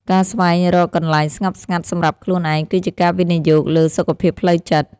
ការស្វែងរកកន្លែងស្ងប់ស្ងាត់សម្រាប់ខ្លួនឯង គឺជាការវិនិយោគលើសុខភាពផ្លូវចិត្ត។